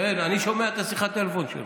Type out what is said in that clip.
כן, אני שומע את שיחת הטלפון שלו.